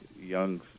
young